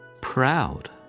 Proud